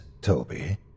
Toby